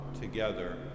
together